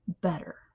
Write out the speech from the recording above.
better